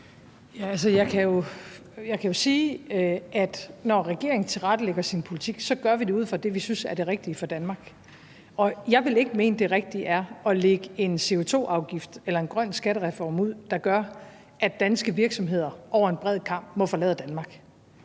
Jeg kan jo sige, at når regeringen tilrettelægger sin politik, så gør vi det ud fra det, vi synes er det rigtige for Danmark. Og jeg vil ikke mene, at det rigtige er at lægge en CO2-afgift eller en grøn skattereform ud, der gør, at danske virksomheder over en bred kam må forlade Danmark.